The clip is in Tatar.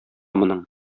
моның